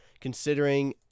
considering